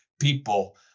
people